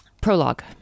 Prologue